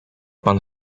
pan